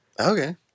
okay